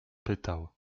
pytał